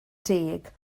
deg